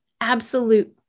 absolute